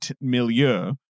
milieu